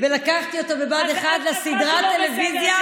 ולקחתי אותו בבה"ד 1 לסדרת טלוויזיה,